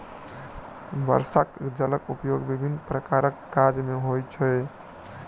वर्षाक जलक उपयोग विभिन्न प्रकारक काज मे होइत छै